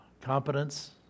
Competence